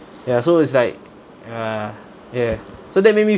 ya so is like uh ya so that made me